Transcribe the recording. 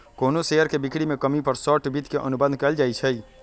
कोनो शेयर के बिक्री में कमी पर शॉर्ट वित्त के अनुबंध कएल जाई छई